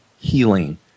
healing